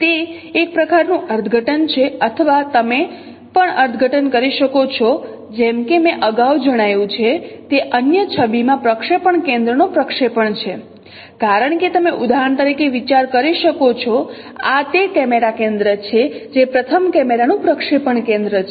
તે એક પ્રકારનું અર્થઘટન છે અથવા તમે પણ અર્થઘટન કરી શકો છો જેમ કે મેં અગાઉ જણાવ્યું છે તે અન્ય છબી માં પ્રક્ષેપણ કેન્દ્ર નો પ્રક્ષેપણ છે કારણ કે તમે ઉદાહરણ તરીકે વિચાર કરી શકો છો આ તે કેમેરા કેન્દ્ર છે જે પ્રથમ કેમેરાનું પ્રક્ષેપણ કેન્દ્ર છે